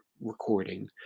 recording